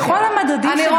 בכל המדדים,